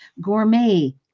gourmet